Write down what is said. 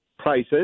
prices